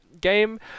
game